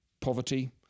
poverty